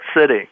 City